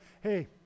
hey